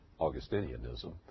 Augustinianism